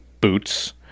boots